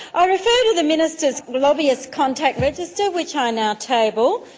i refer to the minister's lobbyist contact register, which i now table,